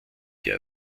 der